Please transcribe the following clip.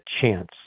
chance